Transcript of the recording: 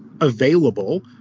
available